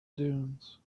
dunes